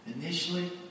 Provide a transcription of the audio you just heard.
Initially